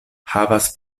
havas